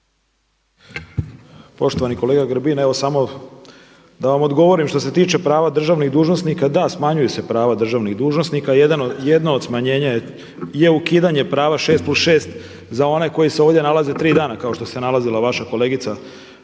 Poštovani kolega Grbin, evo samo da vam odgovorim što se tiče prava državnih dužnosnika. Da, smanjuju se prava državnih dužnosnika. Jedan od smanjenja je ukidanje prava 6+6 za one koji se ovdje nalaze 3 dana kao što se nalazila vaša kolegica pa